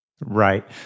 Right